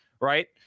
Right